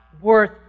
worth